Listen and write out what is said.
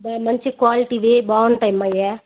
మంచి క్వాలిటీవి బాగుంటాయమ్మా ఇవి